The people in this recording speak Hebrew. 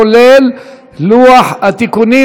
כולל לוח התיקונים,